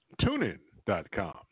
TuneIn.com